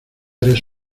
eres